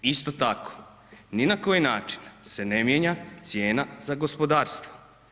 Isto tako, ni na koji način se ne mijenja cijena za gospodarstvo.